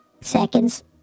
seconds